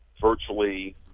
virtually